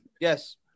Yes